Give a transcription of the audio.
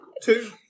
Two